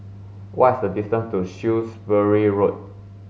what is the distance to Shrewsbury Road